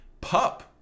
PUP